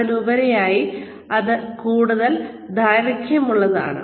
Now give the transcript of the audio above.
അതിലുപരിയായി ഇത് കൂടുതൽ ദൈർഘ്യമുള്ളതാണ്